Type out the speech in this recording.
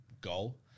goal